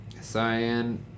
Cyan